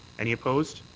any opposed?